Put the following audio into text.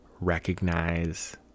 recognize